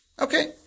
Okay